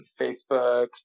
Facebook